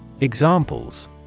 Examples